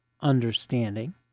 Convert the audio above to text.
understanding